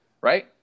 right